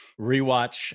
rewatch